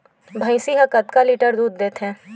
भंइसी हा कतका लीटर दूध देथे?